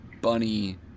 bunny